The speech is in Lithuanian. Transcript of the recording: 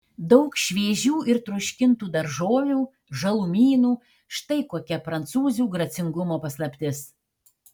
daug šviežių ir troškintų daržovių žalumynų štai kokia prancūzių gracingumo paslaptis